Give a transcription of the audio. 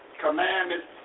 commandments